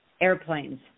airplanes